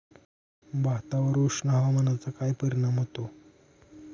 भातावर उष्ण हवामानाचा काय परिणाम होतो?